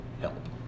help